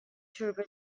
turbo